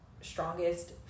strongest